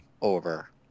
over